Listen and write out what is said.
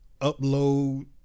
upload